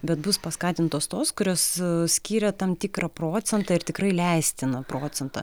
bet bus paskatintos tos kurios skyrė tam tikrą procentą ir tikrai leistiną procentą